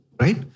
right